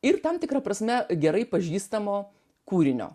ir tam tikra prasme gerai pažįstamo kūrinio